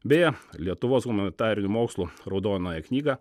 beje lietuvos humanitarinių mokslų raudonąją knygą